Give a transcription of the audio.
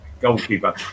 goalkeeper